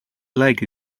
leg